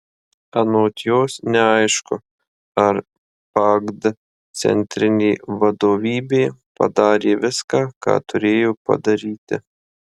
anot jos neaišku ar pagd centrinė vadovybė padarė viską ką turėjo padaryti